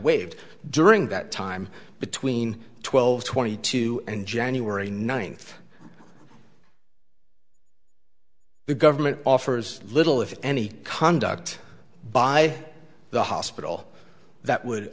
waived during that time between twelve twenty two and january ninth the government offers little if any conduct by the hospital that would